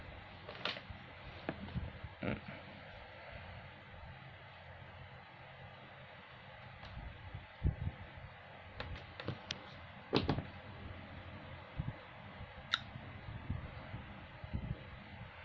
mm